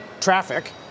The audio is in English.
traffic